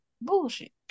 bullshit